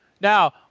Now